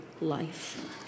life